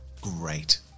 Great